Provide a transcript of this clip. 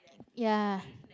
ya